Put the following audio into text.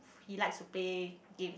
he like to play games